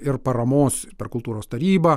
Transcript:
ir paramos ir per kultūros tarybą